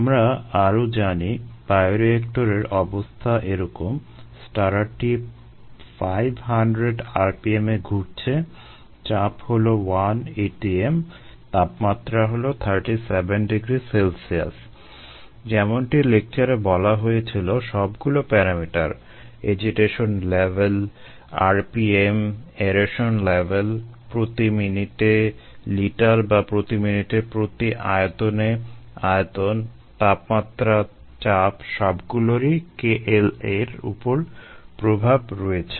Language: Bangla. আমরা আরো জানি বায়োরিয়েক্টরের অবস্থা এরকম স্টারারটি 500 rpm এ ঘুরছে চাপ হলো 1 atm তাপমাত্রা হলো 37 degree C যেমনটি লেকচারে বলা হয়েছিল সবগুলো প্যারামিটার - এজিটেশন লেভেল প্রতি মিনিটে লিটার বা প্রতি মিনিটে প্রতি আয়তনে আয়তন তাপমাত্রা চাপ - সবগুলোরই kLa এর উপর প্রভাব রয়েছে